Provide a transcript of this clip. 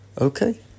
okay